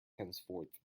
henceforth